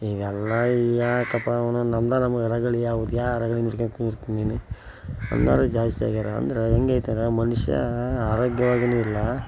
ಇವೆಲ್ಲ ಯಾಕಪ್ಪ ನಮ್ದೇ ನಮಗೆ ರಗಳೆ ಅವದ್ಯಾ ರಗಳೆ ಮುಚ್ಕೊಂಡು ಕೂತ್ಕೋ ನೀನು ಅನ್ನೋರೆ ಜಾಸ್ತಿ ಆಗ್ಯಾರೆ ಅಂದ್ರೆ ಹೇಗೈತಂದ್ರೆ ಮನುಷ್ಯ ಆರೋಗ್ಯವಾಗಿಯೂ ಇಲ್ಲ